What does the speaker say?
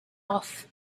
off